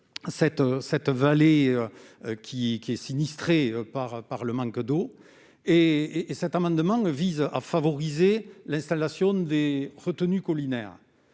une vallée sinistrée par le manque d'eau. Cet amendement vise à favoriser l'installation de retenues collinaires.